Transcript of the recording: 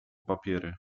papiery